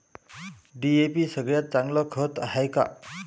DAP सगळ्यात चांगलं खत हाये का?